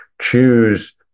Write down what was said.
choose